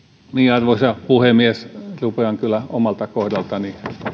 arvoisa puhemies rupean kyllä omalta kohdaltani